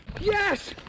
yes